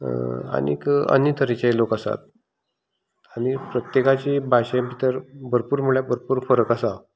आनीक आनी तरेचेय लोक आसात आनी प्रत्येकाचें भाशेंत तर भरपूर म्हणल्यार भरपूर फरक आसा